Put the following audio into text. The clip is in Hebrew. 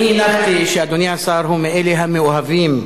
הנחתי שאדוני השר הוא מאלה המאוהבים